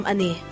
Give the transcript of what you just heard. Ani